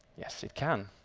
yes, it can.